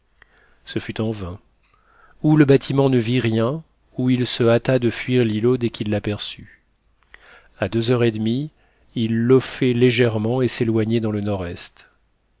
ce fut en vain ou le bâtiment ne vit rien ou il se hâta de fuir l'îlot dès qu'il l'aperçut à deux heures et demie il lofait légèrement et s'éloignait dans le nord-est